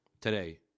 Today